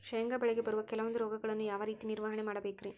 ಶೇಂಗಾ ಬೆಳೆಗೆ ಬರುವ ಕೆಲವೊಂದು ರೋಗಗಳನ್ನು ಯಾವ ರೇತಿ ನಿರ್ವಹಣೆ ಮಾಡಬೇಕ್ರಿ?